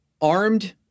armed